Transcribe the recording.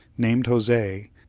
named jose,